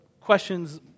questions